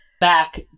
back